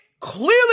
Clearly